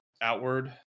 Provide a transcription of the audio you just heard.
outward